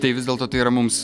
tai vis dėlto tai yra mums